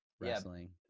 wrestling